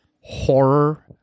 horror